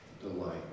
delight